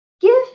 give